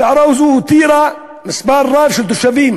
הסערה הזאת הותירה מספר רב של תושבים